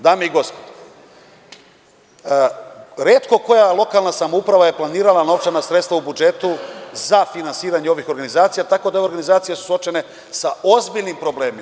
Dame i gospodo, retko koja lokalna samouprava je planirala novčana sredstva u budžetu za finansiranje ovih organizacija, tako da su ove organizacije suočene sa ozbiljnim problemima.